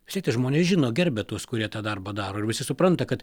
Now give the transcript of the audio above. šitie žmonės žino gerbia tuos kurie tą darbą daro ir visi supranta kad